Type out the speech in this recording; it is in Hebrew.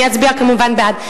אני אצביע כמובן בעד,